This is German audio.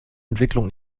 entwicklung